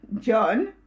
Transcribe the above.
John